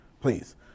Please